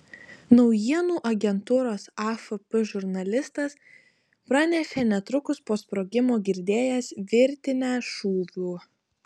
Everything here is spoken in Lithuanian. naujienų agentūros afp žurnalistas pranešė netrukus po sprogimo girdėjęs virtinę šūvių